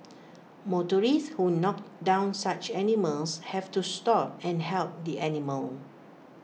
motorists who knocked down such animals have to stop and help the animal